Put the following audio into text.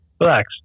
relax